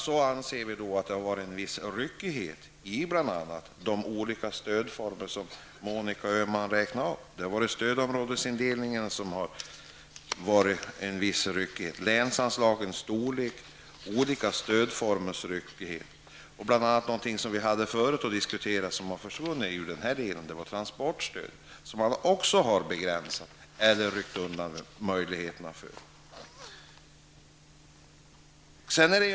Vi anser att det har varit en viss ryckighet, bl.a. i de olika stödformer som Monica Öhman räknade upp. Det har varit en viss ryckighet när det gäller stödområdesindelningen och länsanslagens storlek. Något som vi diskuterade förut, men som har försvunnit i den här delen är transportstödet som man också har begränsat eller ryckt undan möjligheterna för.